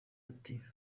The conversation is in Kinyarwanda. ati